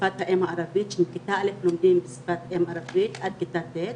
שפת האם ערבית שמכיתה א לומדים שפת אם ערבית עד כיתה ט,